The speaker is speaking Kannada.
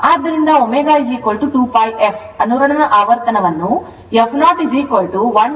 ಆದ್ದರಿಂದ ω 2 pi f ಅನುರಣನ ಆವರ್ತನವನ್ನು f 0 12 pi√ L C ಎಂದು ನೀಡಲಾಗಿದೆ